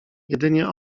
jedynie